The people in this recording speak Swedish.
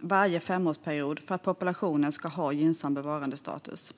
varje femårsperiod för att populationen ska ha gynnsam bevarandestatus.